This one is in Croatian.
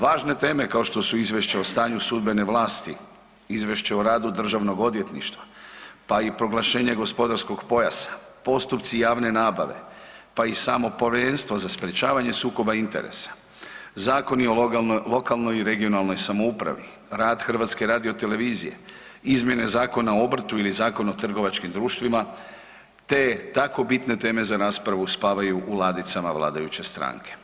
Važne teme kao što su izvješće o stanju sudbene vlasti, izvješće o radu Državnog odvjetništva pa i proglašenje gospodarskog pojasa, postupci javne nabave pa i samo Povjerenstvo za sprečavanje sukoba interesa, zakoni o lokalnoj i regionalnoj samoupravi, rad HRT-a, izmjena Zakona o obrtu ili Zakon o trgovačkim društvima te tako bitne teme za raspravu spavaju u ladicama vladajuće stranke.